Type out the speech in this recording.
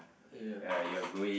ya